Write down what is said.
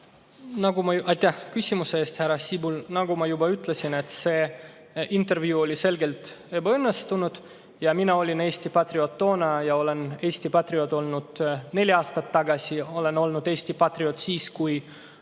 Nagu ma juba ütlesin, see intervjuu oli selgelt ebaõnnestunud. Mina olin Eesti patrioot toona ja olen Eesti patrioot olnud neli aastat tagasi. Olen olnud Eesti patrioot siis, kui